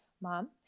Mom